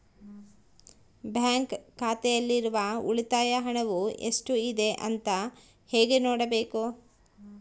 Bank ಖಾತೆಯಲ್ಲಿರುವ ಉಳಿತಾಯ ಹಣವು ಎಷ್ಟುಇದೆ ಅಂತ ಹೇಗೆ ನೋಡಬೇಕು?